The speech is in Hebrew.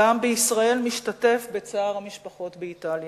והעם בישראל משתתף בצער המשפחות באיטליה.